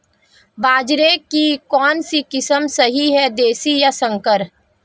बाजरे की कौनसी किस्म सही हैं देशी या संकर?